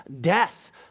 death